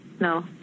No